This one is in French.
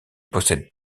possède